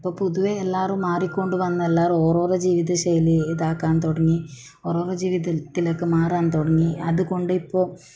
ഇപ്പോൾ പൊതുവെ എല്ലാവരും മാറിക്കൊണ്ടുവന്നു എല്ലാവരും ഒരോരോ ജീവിതശൈലി ഇതാക്കാൻ തുടങ്ങി ഒരോരോ ജീവിതത്തിലേക്ക് മാറാൻ തുടങ്ങി അതുകൊണ്ടിപ്പോൾ